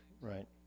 Right